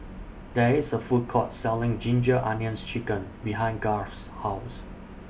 There IS A Food Court Selling Ginger Onions Chicken behind Garth's House